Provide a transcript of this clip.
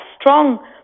strong